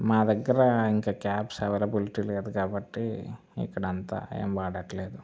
మా దగ్గర ఇంక క్యాబ్స్ అవైలబిలిటీ లేదు కాబట్టి ఇక్కడంతా ఎం వాడట్లేదు